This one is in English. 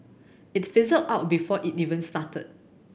it fizzled out before it even started